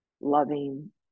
loving